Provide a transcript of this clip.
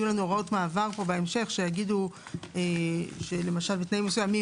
יהיו לנו הוראות מעבר בהמשך שיגידו שלמשל בתנאים מסוימים